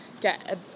get